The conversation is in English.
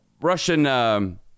Russian